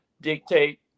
dictate